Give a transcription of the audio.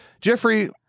Jeffrey